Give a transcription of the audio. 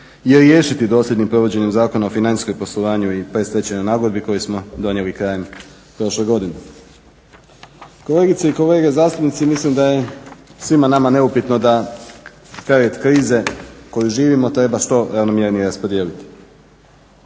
i riješiti dosljednim provođenjem Zakona o financijskom poslovanju i predstečajnoj nagodbi koju smo donijeli krajem prošle godine. Kolegice i kolege zastupnici, mislim da je svima nama neupitno da teret krize koju živimo treba što ravnomjernije raspodijeliti.